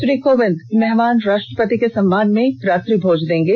श्री कोविंद मेहमान राष्ट्रपति के सम्मान में रात्रि भोज देंगे